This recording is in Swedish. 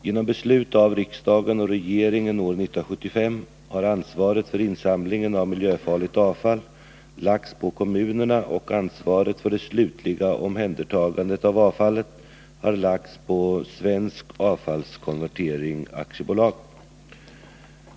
Genom beslut av riksdagen och regeringen år 1975 har ansvaret för insamlingen av miljöfarligt avfall lagts på kommunerna, och ansvaret för det slutliga omhändertagandet av avfallet har lagts på Svensk Avfallskonvertering AB .